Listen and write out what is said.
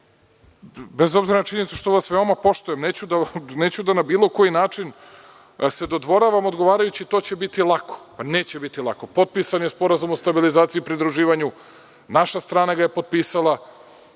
bez obzira na činjenicu što vas sve veoma poštujem, neću na bilo koji način da vam se dodvoravam odgovarajući – to će biti lako. Neće biti lako. Potpisan je Sporazum o stabilizaciji i pridruživanju, naša strana ga je potpisala,